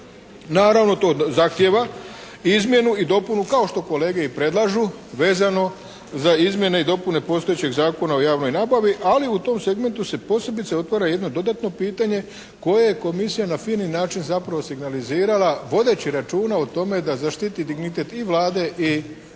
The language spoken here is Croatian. Naravno to zahtijeva izmjenu i dopunu kao što kolege i predlažu vezano za izmjene i dopune postojećeg Zakona o javnoj nabavi, ali u tom segmentu se posebice otvara jedno dodatno pitanje koje je Komisija na fini način zapravo signalizirala vodeći računa o tome da zaštiti dignitet i Vlade i